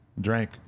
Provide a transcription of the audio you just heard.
Drank